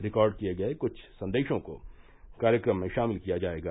record किए गए कृष्ठ संदेशों को कार्यक्रम में शामिल किया जाएगा